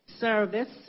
service